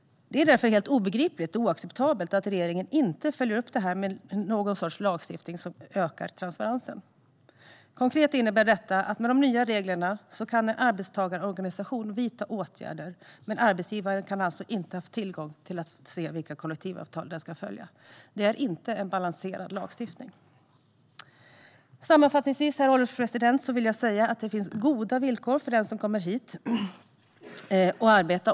Det är därför obegripligt och oacceptabelt att regeringen inte följer upp detta med någon sorts lagstiftning som ökar transparensen. Konkret innebär detta att med de nya reglerna kan en arbetstagarorganisation vidta stridsåtgärder, men arbetsgivaren kan ha saknat tillgång till det kollektivavtal man ska följa. Det är inte en balanserad lagstiftning. Sammanfattningsvis, herr ålderspresident, vill jag säga att det är viktigt att det finns goda villkor för den som kommer hit och arbetar.